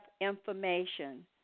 information